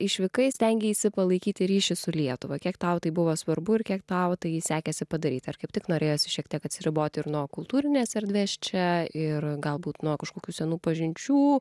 išvykai stengeisi palaikyti ryšį su lietuva kiek tau tai buvo svarbu ir kiek tau tai sekėsi padaryt ar kaip tik norėjosi šiek tiek atsiriboti ir nuo kultūrinės erdvės čia ir galbūt nuo kažkokių senų pažinčių